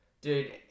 Dude